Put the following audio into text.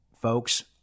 folks